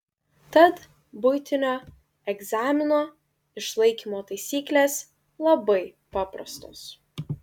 tad buitinio egzamino išlaikymo taisyklės labai paprastos